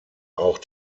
auch